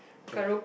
and